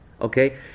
okay